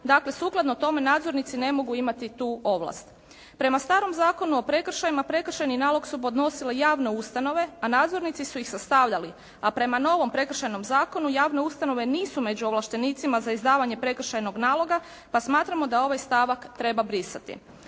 dakle sukladno tome nadzornici ne mogu imati tu ovlast. Prema starom Zakonu o prekršajima, prekršajni nalog su podnosile javne ustanove, a nadzornici su ih sastavljali, a prema novom Prekršajnom zakonu javne ustanove nisu među ovlaštenicima za izdavanje prekršajnog naloga pa smatramo da ovaj stavak treba brisati.